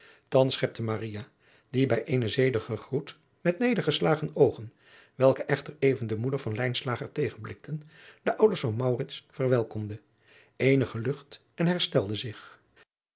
thans schepte maria die bij eenen zedigen groet met nedergeslagen oogen welke echter even de moeder van lijnslager tegenblikten de ouders van maurits verwelkomde eenige lucht en herstelde zich